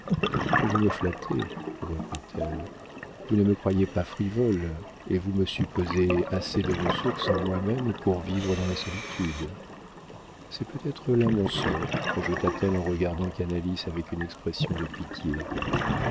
vous me flattez reprit-elle vous ne me croyez pas frivole et vous me supposez assez de ressources en moi-même pour vivre dans la solitude c'est peut-être là mon sort ajouta-t-elle en regardant canalis avec une expression de pitié